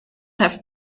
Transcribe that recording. have